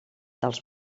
dels